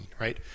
right